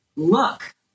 look